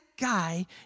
guy